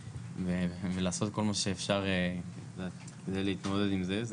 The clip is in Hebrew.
ולעשות כל מה שאפשר כדי להתמודד עם זה.